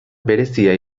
berezia